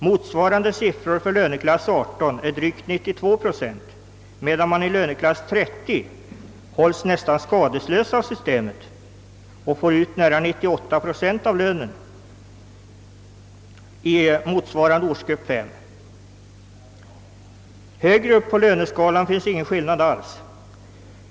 Motsvarande siffror för löneklass 18 är drygt 92 procent, medan man i löneklass 30 hålls nästan skadeslös av systemet och får ut nära 98 procent av lönen i ortsgrupp 5. Och högre upp på löneskalan föreligger ingen skillnad alls.